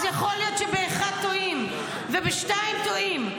אז יכול להיות שבאחד טועים ובשניים טועים,